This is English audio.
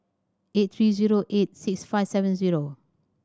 eight three zero eight six five seven zero